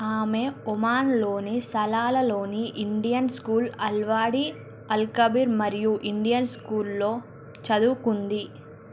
ఆమె ఒమాన్లోని సలాలలోని ఇండియన్ స్కూల్ అల్వాడి అల్కాబీర్ మరియు ఇండియన్ స్కూల్లో చదువుకుంది